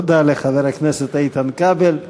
תודה לחבר הכנסת איתן כבל.